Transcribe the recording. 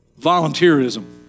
volunteerism